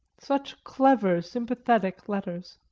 such clever, sympathetic letters,